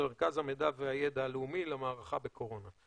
זה מרכז המידע והידע הלאומי למערכה בקורונה.